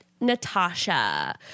Natasha